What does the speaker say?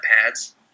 pads